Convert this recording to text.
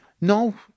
No